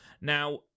Now